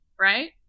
right